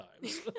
times